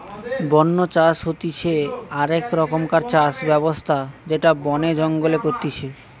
বন্য চাষ হতিছে আক রকমকার চাষ ব্যবস্থা যেটা বনে জঙ্গলে করতিছে